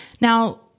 Now